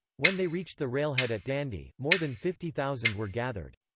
when they reached the railhead at dandi, more than fifty thousand were gathered.